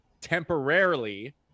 temporarily